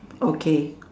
okay